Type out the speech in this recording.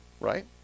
right